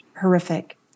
horrific